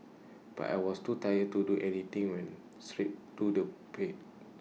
but I was too tired to do anything went straight to do bed